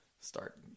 start